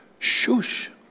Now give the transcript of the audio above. Shush